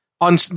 on